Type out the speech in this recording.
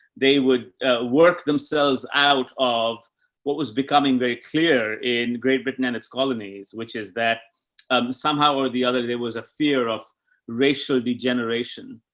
they would work themselves out of what was becoming very clear in great britain and its colonies, which is that somehow or the other, there was a fear of racial degeneration,